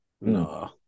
No